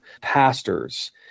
pastors